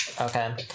Okay